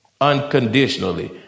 unconditionally